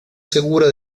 segura